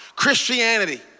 Christianity